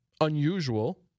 unusual